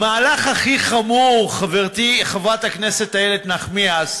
המהלך הכי חמור, חברתי חברת הכנסת איילת נחמיאס,